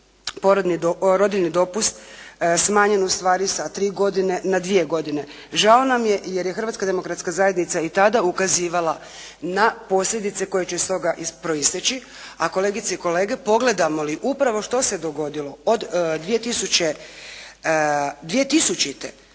rodiljni dopust smanjen ustvari sa tri godine na dvije godine. Žao nam je jer je Hrvatska demokratska zajednica i tada ukazivala na posljedice koje će iz toga proisteći, a kolegice i kolege pogledamo li upravo što se dogodilo od 2000.